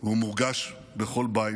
הוא מורגש בכל בית.